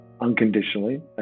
unconditionally